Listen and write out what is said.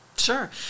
Sure